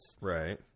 right